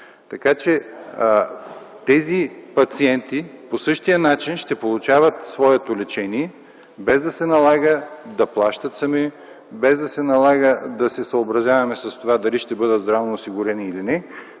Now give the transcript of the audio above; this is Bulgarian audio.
помощ. Тези пациенти по същия начин ще получават своето лечение, без да се налага да плащат сами, без да се налага да се съобразяват дали ще бъдат здравноосигурени или не.